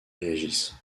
réagissent